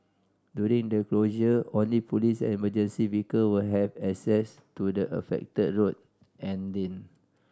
during the closure only police and emergency vehicle will have access to the affected road and lane